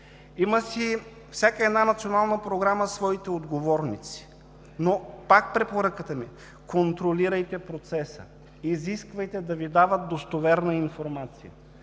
в тях. Всяка една национална програма си има своите отговорници, но пак препоръката ми е – контролирайте процеса, изисквайте да Ви дават достоверна информация,